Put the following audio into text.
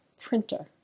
printer